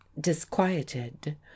disquieted